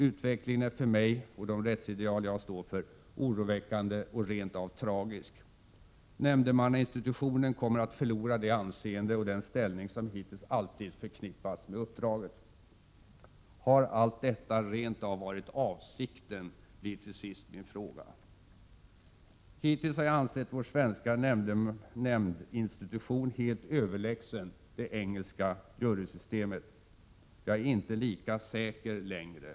Utvecklingen är för mig och de rättsideal jag står för oroväckande och rent av tragisk. Nämdemannainstitutionen kommer att förlora det anseende och den ställning som hittills alltid förknippats med uppdraget. Har allt detta rent av varit avsikten? blir till sist min fråga. Hittills har jag ansett vår svenska nämndemannainstitution helt överlägsen det engelska jurysystemet. Jag är inte lika säker längre.